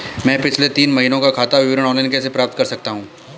मैं पिछले तीन महीनों का खाता विवरण ऑनलाइन कैसे प्राप्त कर सकता हूं?